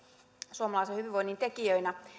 suomalaisen hyvinvoinnin tekijöinä